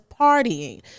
partying